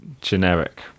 generic